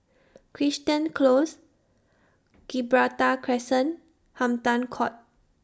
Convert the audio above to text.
Crichton Close Gibraltar Crescent Hampton Court